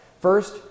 First